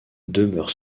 demeure